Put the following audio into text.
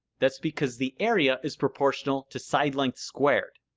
that's because the area is proportional to side length squared.